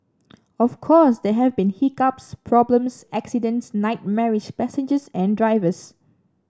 of course there have been hiccups problems accidents nightmarish passengers and drivers